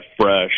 fresh